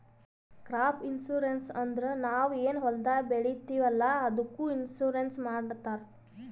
crop insurance ಅಂದುರ್ ನಾವ್ ಏನ್ ಹೊಲ್ದಾಗ್ ಬೆಳಿತೀವಿ ಅಲ್ಲಾ ಅದ್ದುಕ್ ಇನ್ಸೂರೆನ್ಸ್ ಮಾಡ್ತಾರ್